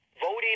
voting